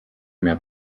mehr